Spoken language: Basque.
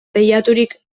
teilaturik